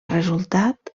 resultat